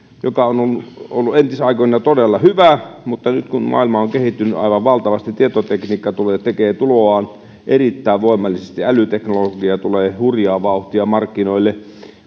joka on on ollut entisaikoina todella hyvä mutta nyt maailma on kehittynyt aivan valtavasti tietotekniikka tekee tuloaan erittäin voimallisesti ja älyteknologia tulee hurjaa vauhtia markkinoille